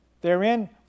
therein